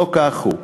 לא כך הוא.